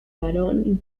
varón